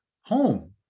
home